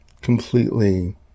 completely